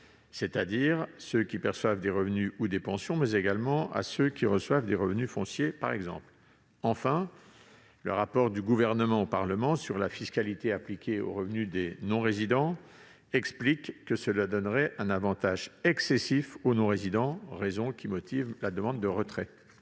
c'est-à-dire à ceux qui perçoivent des revenus ou des pensions, mais également à ceux auxquels on verse des revenus fonciers, par exemple. Enfin, le rapport du Gouvernement au Parlement sur la fiscalité appliquée aux revenus des non-résidents explique qu'un tel dispositif donnerait un avantage excessif aux non-résidents. Pour toutes ces raisons,